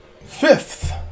Fifth